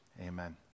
amen